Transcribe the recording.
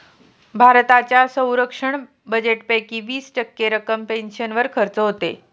भारताच्या संरक्षण बजेटपैकी वीस टक्के रक्कम पेन्शनवर खर्च होते